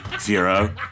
zero